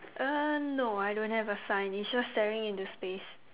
uh no I don't have a sign it's just staring into space